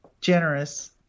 generous